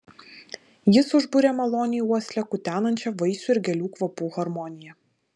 jis užburia maloniai uoslę kutenančią vaisių ir gėlių kvapų harmonija